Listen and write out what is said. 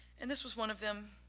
and this was one of them,